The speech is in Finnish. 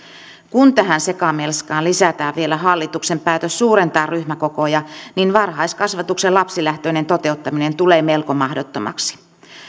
kun tähän sekamelskaan lisätään vielä hallituksen päätös suurentaa ryhmäkokoja niin varhaiskasvatuksen lapsilähtöinen toteuttaminen tulee melko mahdottomaksi